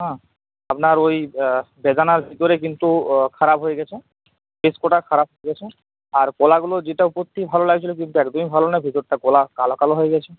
হ্যাঁ আপনার ওই বেদানার ভিতরে কিন্তু খারাপ হয়ে গেছে বেশ কটা খারাপ হয়েছে আর কলাগুলো যেটা ওপর থেকে ভালো লাগছিলো কিন্তু একদমই ভালো না ভেতরটা কলা কালো কালো হয়ে গেছে